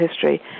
history